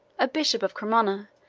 a bishop of cremona,